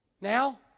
now